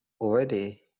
already